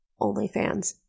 onlyfans